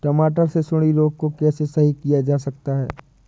टमाटर से सुंडी रोग को कैसे सही किया जा सकता है?